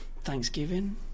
Thanksgiving